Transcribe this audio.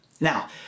Now